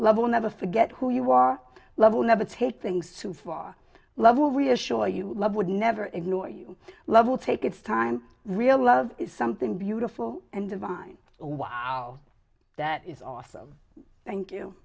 will never forget who you are love will never take things too far love will reassure you love would never ignore you love will take its time real love is something beautiful and divine wow that is awesome thank you